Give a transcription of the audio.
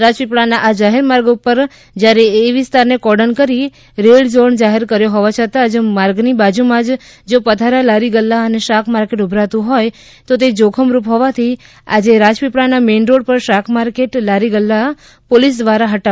રાજપીપળાના આ જાહેર માર્ગ પર જ્યારે એ વિસ્તાર કોર્ડન કરી રેડ ઝોન જાહેર કર્યો હોવા છતા જ માર્ગની બાજુમાં જ જો પથારા લારી ગલ્લા અને શાક માર્કેટ ઉભરાતું હોય તે જોખમરૂપ હોવાથી આજે રાજપીપળાના મેઇન રોડ પર શાકમાર્કેટ લારી ગલ્લા પોલીસ દ્વારા હ્ટાવવામાં આવ્યા છે